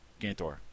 Gantor